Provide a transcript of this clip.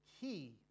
key